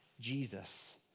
Jesus